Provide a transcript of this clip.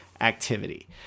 Activity